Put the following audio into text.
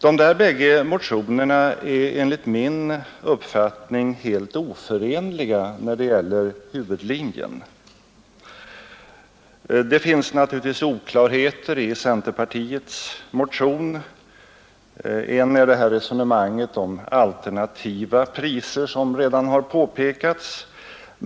De bägge motionerna är enligt min uppfattning helt oförenliga när det gäller huvudlinjen. Det finns naturligtvis oklarheter i centerpartiets motion. En sådan är det resonemang om alternativa priser som det redan har pekats på.